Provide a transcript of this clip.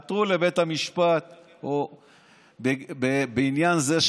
עתרו לבית המשפט בעניין זה,